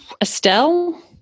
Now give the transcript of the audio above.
Estelle